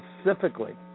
specifically